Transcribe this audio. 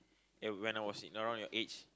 ya when I was in around your age